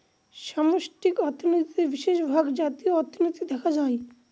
সামষ্টিক অর্থনীতিতে বিশেষভাগ জাতীয় অর্থনীতি দেখা হয়